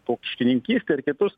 paukštininkystę ir kitus